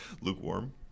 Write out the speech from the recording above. Lukewarm